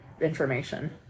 information